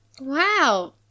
wow